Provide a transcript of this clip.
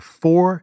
four